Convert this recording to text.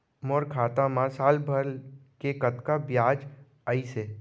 मोर खाता मा साल भर के कतका बियाज अइसे?